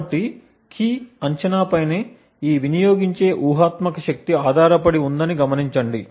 కాబట్టి కీ అంచనాపైనే ఈ వినియోగించే ఊహాత్మక శక్తి ఆధారపడి ఉందని గమనించండి